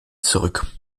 zurück